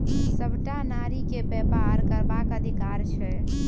सभटा नारीकेँ बेपार करबाक अधिकार छै